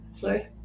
Sorry